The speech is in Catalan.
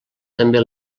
també